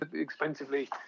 expensively